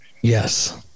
yes